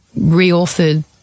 reauthored